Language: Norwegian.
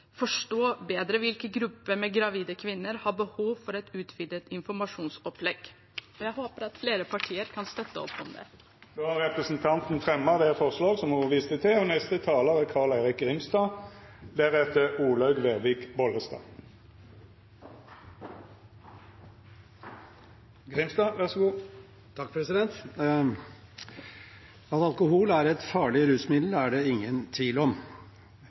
forstå bedre hvilke grupper av gravide kvinner som har behov for et utvidet informasjonsopplegg. Jeg håper at flere partier kan støtte opp om det. Representanten Sheida Sangtarash har teke opp det forslaget ho viste til. At alkohol er et farlig rusmiddel, er det ingen tvil om. Venstre ønsker derfor å gjøre det vi kan for at folks behov for å ruse seg skal bli mindre. Det